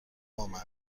بامن